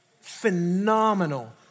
phenomenal